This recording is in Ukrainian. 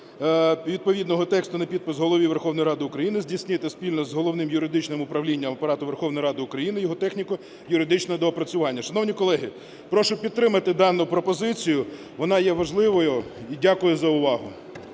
відповідного тексту на підпис Голові Верховної Ради України здійснити спільно з Головним юридичним управлінням Апарату Верховної Ради України його техніко-юридичне доопрацювання. Шановні колеги, прошу підтримати дану пропозицію, вона є важливою, і дякую за увагу.